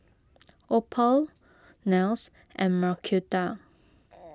Opal Nels and Marquita